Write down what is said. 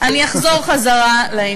אני אחזור לעניין.